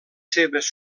seves